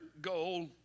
goal